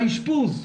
האשפוז,